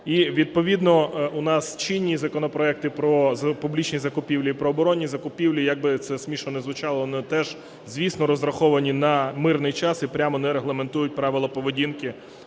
І відповідно у нас чинні законопроекти про публічні закупівлі і про оборонні закупівлі, якби це смішно не звучало, вони теж звісно розраховані на мирний час і прямо не регламентують правила поведінки